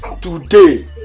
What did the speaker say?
Today